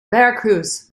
veracruz